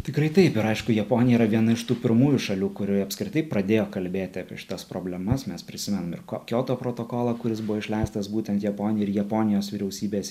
tikrai taip ir aišku japonija yra viena iš tų pirmųjų šalių kurioje apskritai pradėjo kalbėti apie šitas problemas mes prisimenam ir ko kioto protokolą kuris buvo išleistas būtent japonija ir japonijos vyriausybės